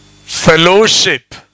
Fellowship